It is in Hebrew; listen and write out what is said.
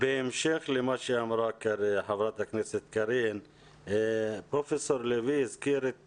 בהמשך למה שאמרה חברת הכנסת קארין פרופ' לביא הזכיר את